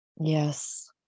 Yes